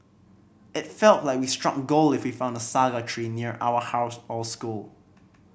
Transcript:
it felt like we struck gold if we found a saga tree near our house or school